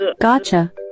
Gotcha